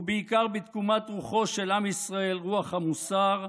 ובעיקר בתקומת רוחו של עם ישראל, רוח המוסר,